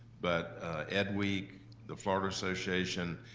but ed week, the florida association,